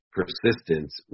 persistence